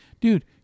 dude